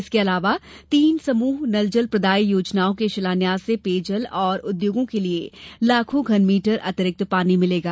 इसके अलावा तीन समुह नलजल प्रदाय योजनाओं के शिलान्यास से पेयजल और उद्योगों के लिये लाखों घन मीटर अतिरिक्त पानी मिलेगा